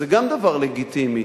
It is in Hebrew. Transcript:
זה גם דבר לגיטימי.